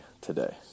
today